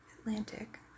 Atlantic